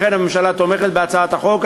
לכן הממשלה תומכת בהצעת החוק.